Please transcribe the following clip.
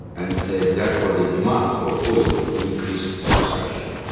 and therefore the demand for oil will increase substantially.